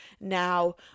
now